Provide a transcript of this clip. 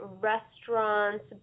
restaurants